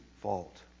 fault